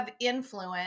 influence